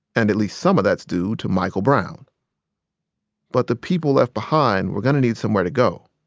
and at least some of that's due to michael brown but the people left behind were going to need somewhere to go.